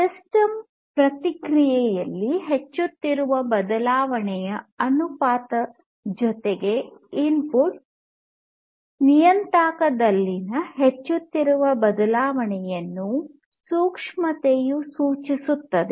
system ಪ್ರತಿಕ್ರಿಯೆಯಲ್ಲಿ ಹೆಚ್ಚುತ್ತಿರುವ ಬದಲಾವಣೆಯ ಅನುಪಾತ ಜೊತೆಗೆ ಇನ್ಪುಟ್ ನಿಯತಾಂಕದಲ್ಲಿನ ಹೆಚ್ಚುತ್ತಿರುವ ಬದಲಾವಣೆಯನ್ನು ಸೂಕ್ಷ್ಮತೆಯು ಸೂಚಿಸುತ್ತದೆ